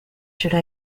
should